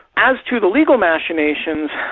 as to the legal machinations,